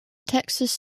texas